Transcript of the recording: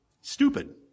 stupid